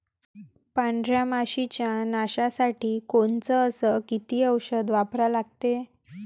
पांढऱ्या माशी च्या नाशा साठी कोनचं अस किती औषध वापरा लागते?